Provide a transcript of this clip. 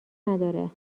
نداره